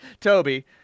Toby